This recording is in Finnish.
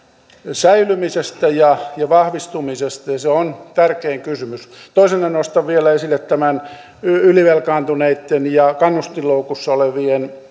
säilymisestä ja ja vahvistumisesta ja se on tärkein kysymys toisena nostan vielä esille tämän ylivelkaantuneitten ja kannustinloukussa olevien